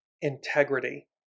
integrity